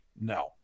no